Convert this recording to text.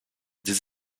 des